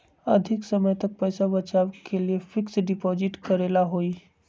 अधिक समय तक पईसा बचाव के लिए फिक्स डिपॉजिट करेला होयई?